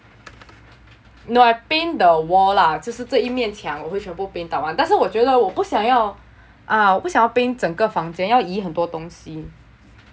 no I paint the wall lah 就是这一面墙我会全部 paint 到完但是我觉得我不想要啊我不想要 paint 整个房间要移很多东西